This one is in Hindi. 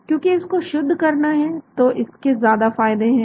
क्योंकि इसको शुद्ध करना है तो इसके ज्यादा फायदे हैं